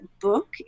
book